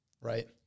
Right